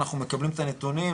אנחנו מקבלים את הנתונים,